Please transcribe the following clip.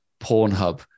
Pornhub